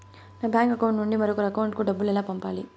నా bank account నుండి మరొకరి అకౌంట్ కు డబ్బులు ఎలా పంపాలి